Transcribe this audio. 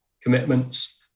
commitments